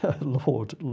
Lord